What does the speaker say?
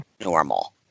normal